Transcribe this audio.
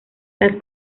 las